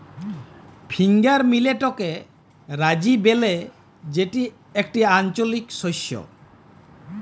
finger মিলেটকে রাজি ব্যলে যেটি একটি আঞ্চলিক শস্য